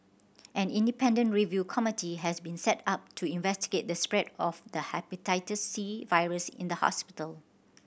an independent review committee has been set up to investigate the spread of the Hepatitis C virus in the hospital